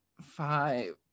five